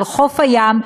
על חוף הים,